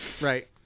right